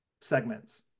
segments